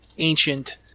Ancient